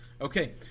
Okay